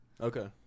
Okay